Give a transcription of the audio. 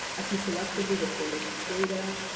as he selectively reported data,